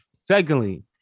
secondly